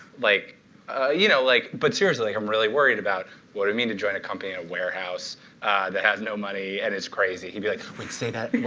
like you know, like, but seriously, i'm really worried about what it would mean to join a company in a warehouse that has no money and is crazy, he'd be like, wait, say that